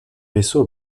vaisseau